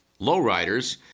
lowriders